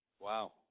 Wow